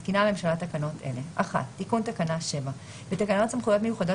מתקינה הממשלה תקנות אלה: תיקון תקנה 7 1.בתקנות סמכויות מיוחדות